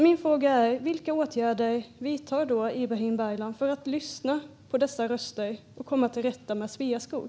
Min fråga är därför: Vilka åtgärder vidtar Ibrahim Baylan för att lyssna på dessa röster och komma till rätta med Sveaskog?